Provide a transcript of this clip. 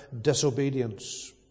disobedience